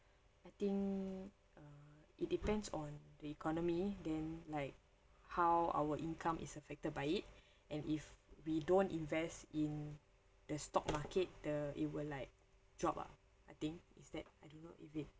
I think uh it depends on the economy then like how our income is affected by it and if we don't invest in the stock market the it will like drop ah I think it's that I don't know if it